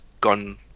gone